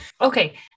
okay